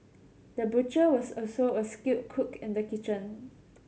the butcher was also a skilled cook in the kitchen